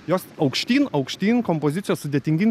jos aukštyn aukštyn kompozicija sudėtingyn